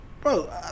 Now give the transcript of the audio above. Bro